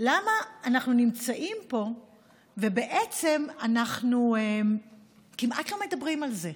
למה אנחנו נמצאים פה ואנחנו כמעט לא מדברים על זה.